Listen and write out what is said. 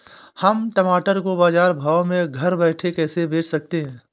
हम टमाटर को बाजार भाव में घर बैठे कैसे बेच सकते हैं?